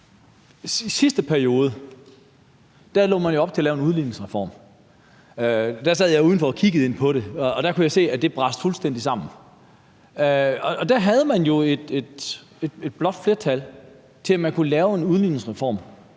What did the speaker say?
Sidste periode lagde man jo op til at lave en udligningsreform, og der sad jeg udenfor og kiggede på ind på det, og der kunne jeg se, at det braste fuldstændig sammen. Der havde man jo et blåt flertal til, at man kunne lave en udligningsreform,